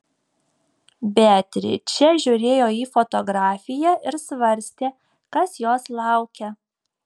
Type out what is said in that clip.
beatričė žiūrėjo į fotografiją ir svarstė kas jos laukia